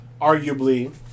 arguably